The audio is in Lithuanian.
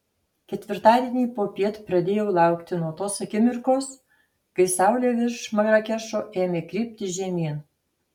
ketvirtadienį popiet pradėjau laukti nuo tos akimirkos kai saulė virš marakešo ėmė krypti žemyn